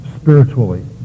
spiritually